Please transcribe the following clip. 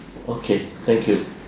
okay thank you